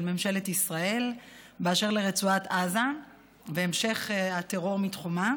ממשלת ישראל באשר לרצועת עזה והמשך הטרור מתחומה.